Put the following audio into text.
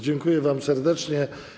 Dziękuję wam serdecznie.